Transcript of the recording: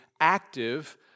active